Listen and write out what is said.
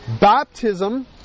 baptism